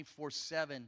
24-7